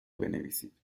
بنویسید